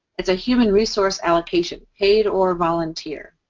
it's a human resource allocation paid or volunteer.